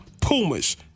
pumas